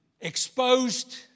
Exposed